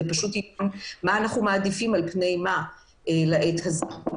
זה פשוט --- מה אנחנו מעדיפים על פני מה לעת הזו,